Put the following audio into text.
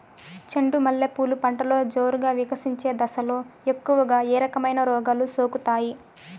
చెండు మల్లె పూలు పంటలో జోరుగా వికసించే దశలో ఎక్కువగా ఏ రకమైన రోగాలు సోకుతాయి?